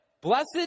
blessed